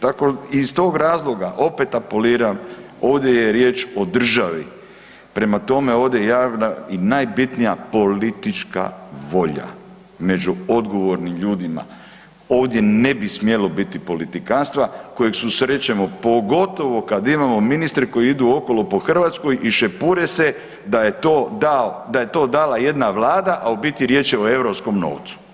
Tako i iz tog razloga opet apeliram ovdje je riječ o državi, prema tome ovdje javna i najbitnija politička volja među odgovornim ljudima, ovdje ne bi smjelo biti politikanstva kojeg susrećemo pogotovo kada imamo ministre koji idu okolo po Hrvatskoj i šepure se da je to dala jedna vlada, a u biti riječ je o europskom novcu.